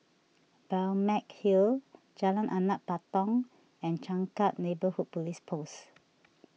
Balmeg Hill Jalan Anak Patong and Changkat Neighbourhood Police Post